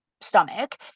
stomach